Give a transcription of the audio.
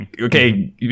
okay